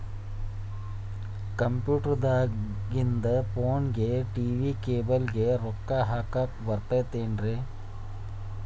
Computer ದಾಗಿಂದ್ ಫೋನ್ಗೆ, TV cable ಗೆ, ರೊಕ್ಕಾ ಹಾಕಸಾಕ್ ಬರತೈತೇನ್ರೇ?